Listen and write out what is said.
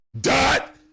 Dot